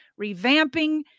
revamping